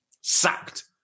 sacked